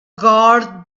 guard